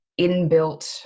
inbuilt